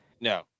no